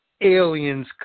aliens